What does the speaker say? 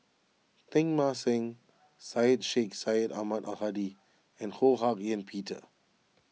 Teng Mah Seng Syed Sheikh Syed Ahmad Al Hadi and Ho Hak Ean Peter